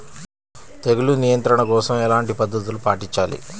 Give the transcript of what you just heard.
తెగులు నియంత్రణ కోసం ఎలాంటి పద్ధతులు పాటించాలి?